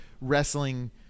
wrestling